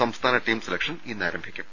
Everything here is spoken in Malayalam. സംസ്ഥാന ടീം സെലക്ഷൻ ഇന്ന് ആരംഭിക്കും